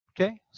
Okay